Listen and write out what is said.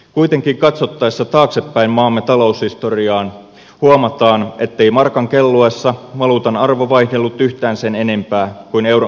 kuitenkin katsottaessa taaksepäin maamme taloushistoriaan huomataan ettei markan kelluessa valuutan arvo vaihdellut yhtään sen enempää kuin euronkaan aikana